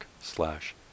slash